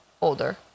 older